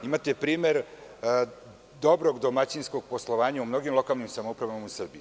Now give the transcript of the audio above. Imate primer dobrog domaćinskog poslovanja u mnogim lokalnim samoupravama u Srbiji.